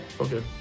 Okay